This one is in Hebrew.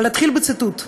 אתחיל בציטוט: